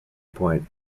point